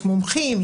יש מומחים,